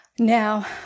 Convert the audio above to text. now